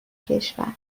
کشور